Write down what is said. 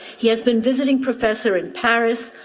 he has been visiting professor in paris,